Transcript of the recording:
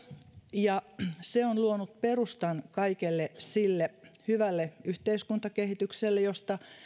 ja se on luonut perustan kaikelle sille hyvälle yhteiskuntakehitykselle josta